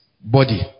body